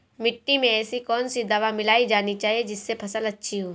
मिट्टी में ऐसी कौन सी दवा मिलाई जानी चाहिए जिससे फसल अच्छी हो?